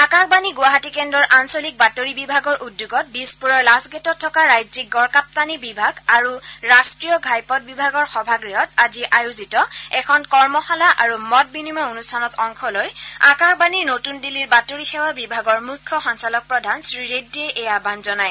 আকাশবাণী গুৱাহাটী কেন্দ্ৰৰ আঞ্চলিক বাতৰি বিভাগৰ উদ্যোগত দিছপুৰৰ লাট্টগেটত থকা ৰাজ্যিক গড়কাপ্তানী বিভাগ আৰু ৰাষ্ট্ৰীয় ঘাইপথ বিভাগৰ সভাগহত আজি আয়োজিত এখন কৰ্মশালা আৰু মত বিনিময় অনুষ্ঠানত অংশ লৈ আকাশবাণীৰ নতুন দিল্লীৰ বাতৰি সেৱা বিভাগৰ মুখ্য সঞ্চালকপ্ৰধান শ্ৰীৰেড্ডিয়ে এই আহান জনায়